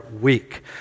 weak